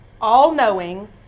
all-knowing